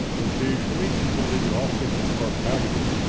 occasionally people take it off thinking it's part of the packaging,